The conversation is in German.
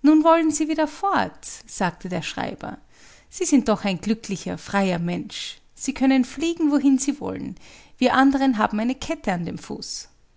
nun wollen sie wieder fort sagte der schreiber sie sind doch ein glücklicher freier mensch sie können fliegen wohin sie wollen wir andern haben eine kette an dem fuß